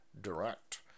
direct